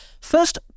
First